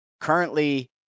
Currently